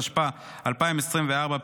התשפ"ה 2024,